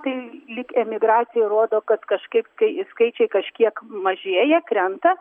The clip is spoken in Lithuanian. tai lyg emigracija rodo kad kažkaip tai skaičiai kažkiek mažėja krenta